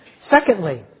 Secondly